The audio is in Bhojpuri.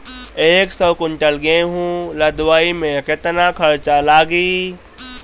एक सौ कुंटल गेहूं लदवाई में केतना खर्चा लागी?